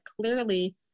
clearly